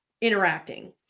interacting